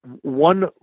one